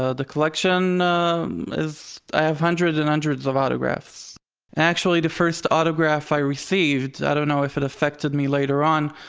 ah the collection um is, i have hundreds and hundreds of autographs. and actually the first autograph i received, i don't know if it affected me later on,